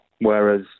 whereas